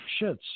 shits